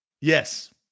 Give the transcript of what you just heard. Yes